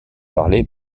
parlées